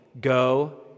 go